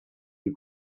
you